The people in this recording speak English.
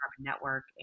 network